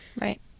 Right